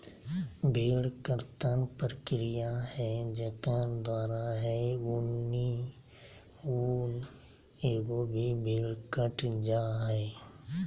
भेड़ कर्तन प्रक्रिया है जेकर द्वारा है ऊनी ऊन एगो की भेड़ कट जा हइ